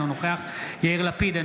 אינו נוכח יאיר לפיד,